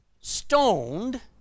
stoned